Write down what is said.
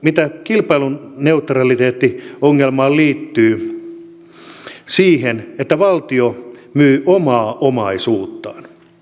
mitä kilpailuneutraliteettiongelmaa liittyy siihen että valtio myy omaa omaisuuttaan